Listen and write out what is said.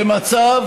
במצב